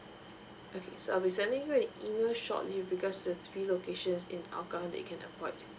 okay so I'll be sending you an email shortly with regards to the three locations in hougang that you can avoid